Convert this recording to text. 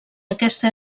aquesta